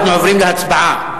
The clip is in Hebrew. אנחנו עוברים להצבעה.